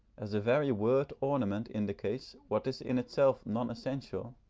as the very word ornament indicates what is in itself non-essential,